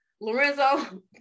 lorenzo